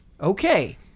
Okay